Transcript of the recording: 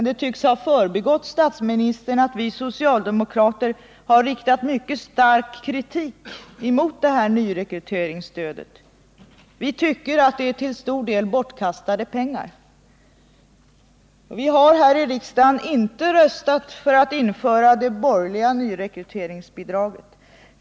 Det tycks ha förbigått statsministern att vi socialdemokrater har riktat mycket stark kritik mot detta nyrekryteringsbidrag. Vi tycker att det till stor del är bortkastade pengar. Vi har här i riksdagen inte röstat för att införa det borgerliga nyrekryteringsbidraget.